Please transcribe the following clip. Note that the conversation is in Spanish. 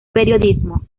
periodismo